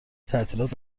تعطیلات